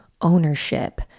ownership